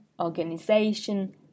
organization